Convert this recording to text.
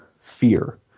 fear